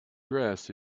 dress